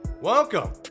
Welcome